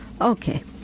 Okay